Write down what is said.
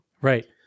right